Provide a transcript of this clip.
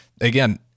again